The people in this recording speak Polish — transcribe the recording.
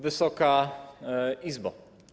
Wysoka Izbo!